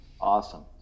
awesome